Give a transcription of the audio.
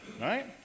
right